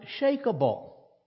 unshakable